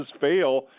fail